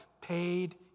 paid